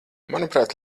manuprāt